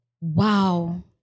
Wow